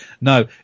No